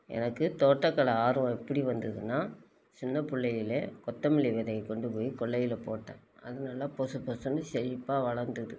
எனக்கு தோட்டத்தில் ஆர்வம் எப்படி வந்துதுன்னா சின்ன பிள்ளையிலே கொத்தமல்லி விதைய கொண்டுபோய் கொள்ளையில் போட்டேன் அது நல்லா பொசபொசன்னு செழிப்பாக வளர்ந்துது